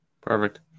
Perfect